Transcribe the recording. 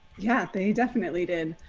yeah, they definitely did.